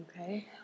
Okay